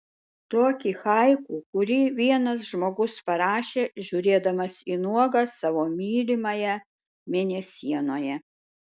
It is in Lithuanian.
tokį haiku kurį vienas žmogus parašė žiūrėdamas į nuogą savo mylimąją mėnesienoje